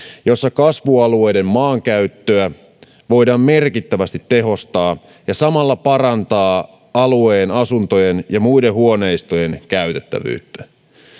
jossa kasvualueiden maankäyttöä voidaan merkittävästi tehostaa ja samalla parantaa alueen asuntojen ja muiden huoneistojen käytettävyyttä